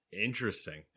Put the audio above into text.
Interesting